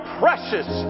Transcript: precious